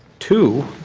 two